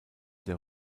der